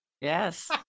Yes